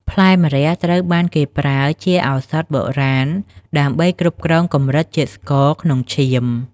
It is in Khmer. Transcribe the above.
ផ្លែម្រះ ត្រូវបានគេប្រើជាឱសថបុរាណដើម្បីគ្រប់គ្រងកម្រិតជាតិស្ករក្នុងឈាម។